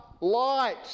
light